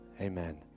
Amen